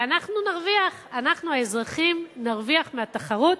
ואנחנו נרוויח, אנחנו האזרחים נרוויח מהתחרות